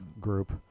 group